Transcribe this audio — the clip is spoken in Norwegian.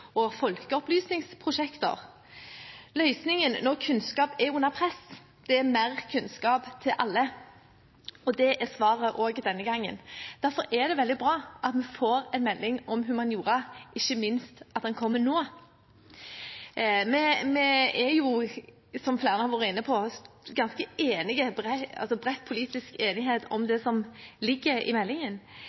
og folkeopplysningsprosjekter. Løsningen når kunnskap er under press, er mer kunnskap til alle. Det er svaret også denne gangen. Derfor er det veldig bra at vi får en melding om humaniora, ikke minst at den kommer nå. Det er jo, som flere har vært inne på, bred politisk enighet om det som ligger i meldingen.